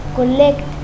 Collect